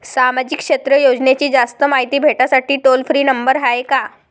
सामाजिक क्षेत्र योजनेची जास्त मायती भेटासाठी टोल फ्री नंबर हाय का?